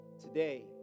today